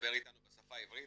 לדבר איתנו בשפה העברית,